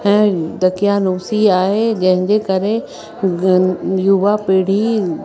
ऐं दकियानूसी आहे जंहिंजें करे गं युवा पीढ़ी